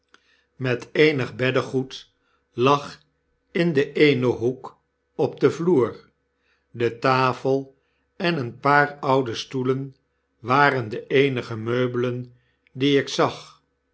met eenig mm mopes de kluizenaar beddegoed lag in den eenen hoek op den vloer de tafel en een paar oude stoelen waren de eenige meubelen die ik zag